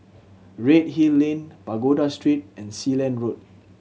Redhill Lane Pagoda Street and Sealand Road